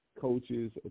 coaches